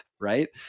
right